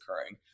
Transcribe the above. occurring